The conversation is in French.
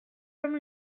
comme